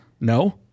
no